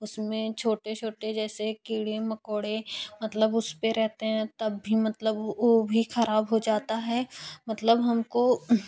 उसमें छोटे छोटे जैसे कीड़े मकोड़े मतलब उस पर रहते हैं तब भी मतलब वह भी ख़राब हो जाता है मतलब हमको